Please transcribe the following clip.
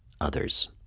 others